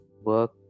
...work